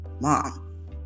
mom